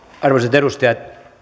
arvoisat edustajat